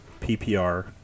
PPR